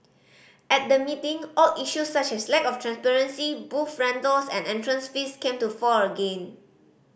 at the meeting old issues such as lack of transparency booth rentals and entrance fees came to fore again